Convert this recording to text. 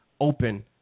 open